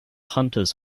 hunters